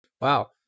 Wow